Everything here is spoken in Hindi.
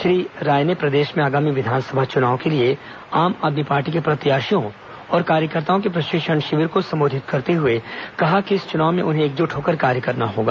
श्री राय ने प्रदेश में आगामी चुनाव के लिए आम आदमी पार्टी के प्रत्याशियों और कार्यकर्ताओं के प्रशिक्षण शिविर को संबोधित करते हए कहा कि इस चुनाव में उन्हें एक जुट होकर कार्य करना होगा